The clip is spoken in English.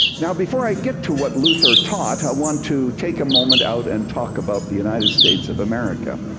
now before i get to what luther taught i want to take a moment out and talk about the united states of america.